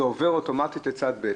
זה עובר אוטומטית לצד ב'.